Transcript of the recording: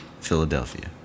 Philadelphia